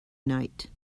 night